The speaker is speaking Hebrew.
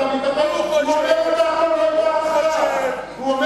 אתה, הוא אומר בצורה,